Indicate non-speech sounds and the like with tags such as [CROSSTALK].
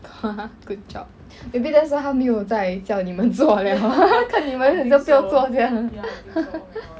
[LAUGHS] good job maybe that's why 他没有在叫你们做了 [LAUGHS] 看你们很像不要做这样